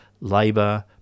labour